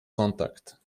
kontakt